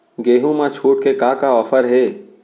गेहूँ मा छूट के का का ऑफ़र हे?